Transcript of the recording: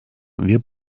wir